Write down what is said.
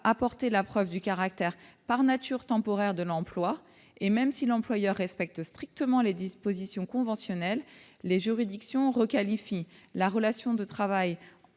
apporter la preuve du caractère par nature temporaire de l'emploi, et même si l'employeur respecte strictement les dispositions conventionnelles, les juridictions requalifient le CDD en